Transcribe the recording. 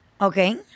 okay